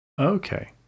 okay